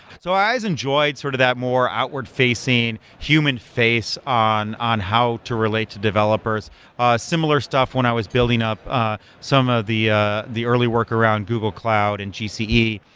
so i enjoyed sort of that more outward facing, human face on on how to relate to developers similar stuff when i was building up ah some of the ah the early work around google cloud and gce.